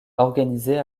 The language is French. organisée